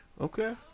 Okay